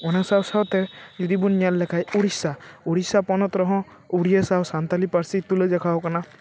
ᱚᱱᱟ ᱥᱟᱶ ᱥᱟᱶᱛᱮ ᱡᱩᱫᱤ ᱵᱚᱱ ᱧᱮᱞ ᱞᱮᱠᱷᱟᱱ ᱩᱲᱤᱥᱥᱟ ᱩᱲᱤᱥᱥᱟ ᱯᱚᱱᱚᱛ ᱨᱮᱦᱚᱸ ᱩᱲᱤᱭᱟ ᱥᱟᱶ ᱥᱟᱱᱛᱟᱞᱤ ᱯᱟᱹᱨᱥᱤ ᱛᱩᱞᱟᱹ ᱡᱚᱠᱷᱟᱣ ᱟᱠᱟᱱᱟ